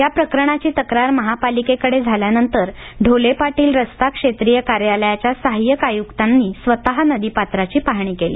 या प्रकरणाची तक्रार महापालिकेकडे झाल्यानंतर ढोले पाटील रस्ता क्षेत्रिय कार्यालयाच्या सहायक आयुक्तांनी स्वत नदीपात्राची पाहणी केली